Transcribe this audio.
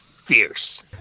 fierce